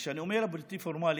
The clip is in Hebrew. כשאני אומר בלתי פורמלי,